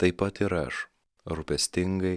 taip pat ir aš rūpestingai